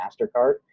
MasterCard